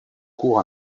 cours